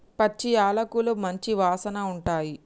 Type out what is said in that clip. పచ్చి యాలకులు మంచి వాసన ఉంటాయి